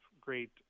great